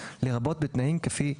לרבות בתנאים כפי שקבע,